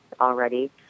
already